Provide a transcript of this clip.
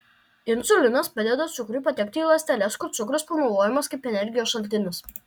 insulinas padeda cukrui patekti į ląsteles kur cukrus panaudojamas kaip energijos šaltinis